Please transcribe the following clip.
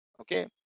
Okay